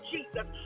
Jesus